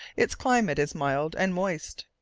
its climate is mild and moist.